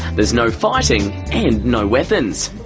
there's no fighting, and no weapons.